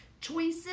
choices